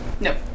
No